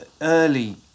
early